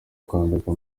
kwandika